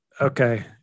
Okay